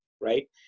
right